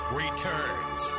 returns